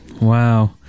Wow